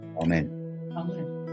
Amen